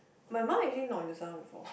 my mum actually knocked into someone before